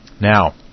Now